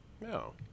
No